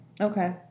Okay